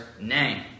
name